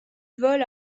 vole